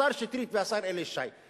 השר שטרית והשר אלי ישי,